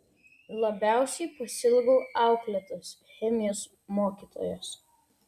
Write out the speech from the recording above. labiausiai pasiilgau auklėtojos chemijos mokytojos